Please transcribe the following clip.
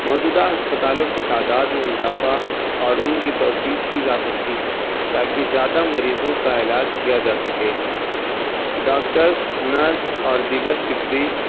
موجودہ ہسپتالوں کی تعداد میں اضافہ اور ان کی توسیع کی جا سکتی ہے تاکہ زیادہ مریضوں کا علاج کیا جا سکے ڈاکٹرز نرس اور دیگر طبی